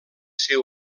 ser